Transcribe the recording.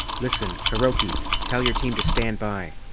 listen, hiroki! tell your team to stand by,